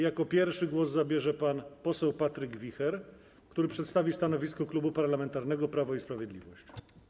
Jako pierwszy głos zabierze pan poseł Patryk Wicher, który przedstawi stanowisko Klubu Parlamentarnego Prawo i Sprawiedliwość.